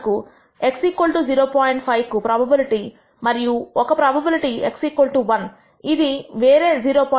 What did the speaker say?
5 కు ప్రోబబిలిటీ మరియు ఒక ప్రోబబిలిటీ ను x1 ఇది వేరే 0